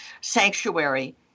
sanctuary